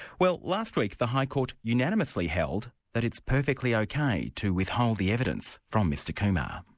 well last week, the high court unanimously held that it's perfectly okay to withhold the evidence from mr kumar.